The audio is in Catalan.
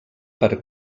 per